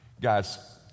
Guys